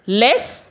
less